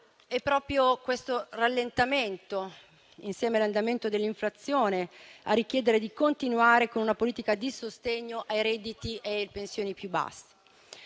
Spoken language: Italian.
è proprio questo rallentamento, insieme all'andamento dell'inflazione, a richiedere di continuare con una politica di sostegno ai redditi e alle pensioni più basse.